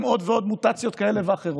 עם עוד ועוד מוטציות כאלה ואחרות,